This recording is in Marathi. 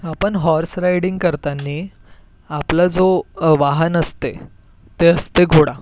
आपन हॉर्स रायडिंग करतांनी आपला जो वाहन असते ते असते घोडा